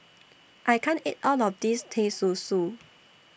I can't eat All of This Teh Susu